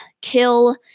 kill